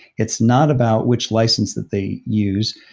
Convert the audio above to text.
it's not about which license that they use.